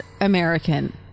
American